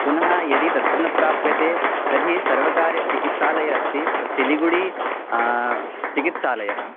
पुनः यदि तत्र न प्राप्यते तर्हि सर्वकारचिकित्सालयः अस्ति सिलिगुडि चिकित्सालयः